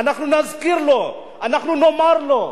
אנחנו נזכיר לו, אנחנו נאמר לו.